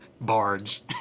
Barge